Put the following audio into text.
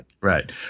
Right